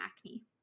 acne